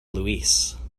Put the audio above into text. louise